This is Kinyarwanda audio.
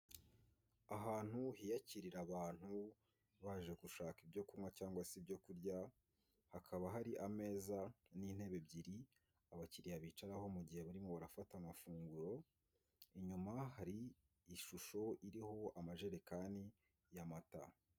Ahantu hiyakirira abantu baje gushaka ibyo kunywa cyangwa se ibyo kurya, hakaba hari ameza n' intebe ebyiri abakiriya bicaraho mu gihe barimo barafata amafunguro inyuma hari ishusho iriho amajerekani y' amata.